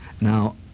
Now